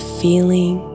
feeling